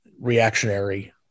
reactionary